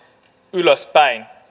ylöspäin